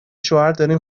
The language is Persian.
شوهرداریم